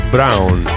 Brown